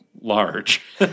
large